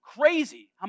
crazy